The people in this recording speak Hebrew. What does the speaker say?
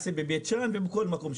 בית שאן או בכל מקום דומה.